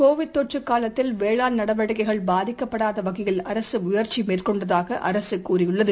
Covid தொற்றுகாலத்தில் வேளாண் நடவடிக்கைகள் பாதிக்கப்படாதவகையில் அரசுமுயற்சிமேற்கொண்டதாக அரசுதெரிவித்துள்ளது